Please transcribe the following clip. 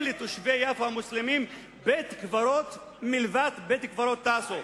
לתושבי יפו המוסלמים אין בית-קברות מלבד בית-הקברות טאסו.